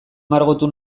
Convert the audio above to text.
margotu